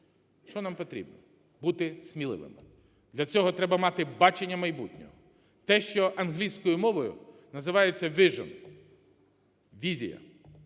Що нам потрібно? Бути сміливими. Для цього треба мати бачення майбутнього, те, що англійською мовою називається vision (візія).